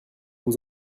vous